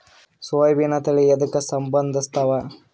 ಸೋಯಾಬಿನ ತಳಿ ಎದಕ ಸಂಭಂದಸತ್ತಾವ?